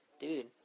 Dude